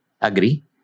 Agree